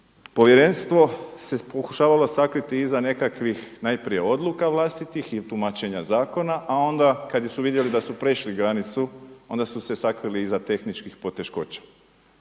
Povjerenstvo se pokušavalo sakriti iza nekakvih najprije odluka vlastitih i tumačenja zakona, a onda kad su vidjeli da su prešli granicu, onda su se sakrili iza tehničkih poteškoća.